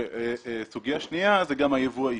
וסוגיה שנייה היא גם היבוא האישי.